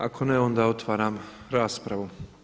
Ako ne onda otvaram raspravu.